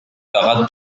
parades